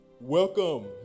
welcome